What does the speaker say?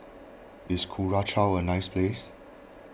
is Curacao a nice place